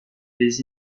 les